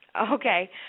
okay